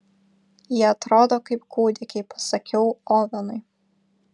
jie atrodo kaip kūdikiai pasakiau ovenui